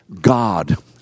God